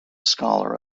scholar